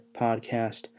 Podcast